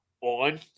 on